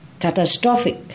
catastrophic